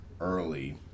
Early